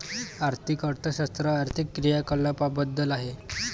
आर्थिक अर्थशास्त्र आर्थिक क्रियाकलापांबद्दल आहे